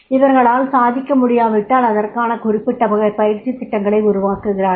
அவர்களால் சாதிக்க முடியாவிட்டால் அதற்கான குறிப்பிட்டவகைப் பயிற்சித் திட்டங்களை உருவாக்குகிறார்கள்